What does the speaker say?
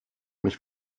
mich